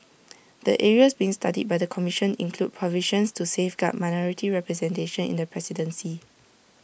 the areas being studied by the commission include provisions to safeguard minority representation in the presidency